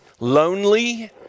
Lonely